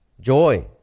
joy